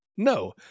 No